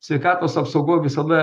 sveikatos apsaugoj visada